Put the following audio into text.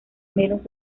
menos